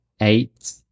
eight